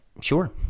Sure